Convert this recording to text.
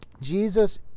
Jesus